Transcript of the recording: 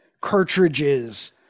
cartridges